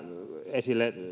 esille